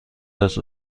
است